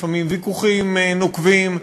לפעמים ויכוחים נוקבים,